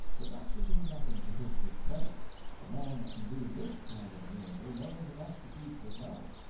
but that should be nothing to his discredit the man that can do this kind of miracle knows enough to keep hotel.